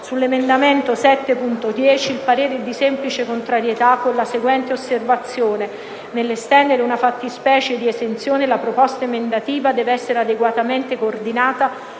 Sull'emendamento 7.10, il parere è di semplice contrarietà, con la seguente osservazione: nell'estendere una fattispecie di esenzione, la proposta emendativa deve essere adeguatamente coordinata